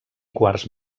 quarts